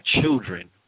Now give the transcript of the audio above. children